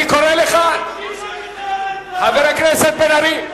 אני קורא אותך, חבר הכנסת בן-ארי.